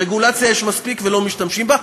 רגולציה יש מספיק ולא משתמשים בה,